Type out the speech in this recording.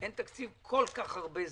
כל כך הרבה זמן,